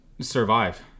survive